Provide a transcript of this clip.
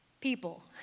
People